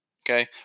okay